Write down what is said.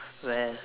well